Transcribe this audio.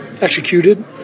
executed